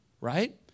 right